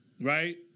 right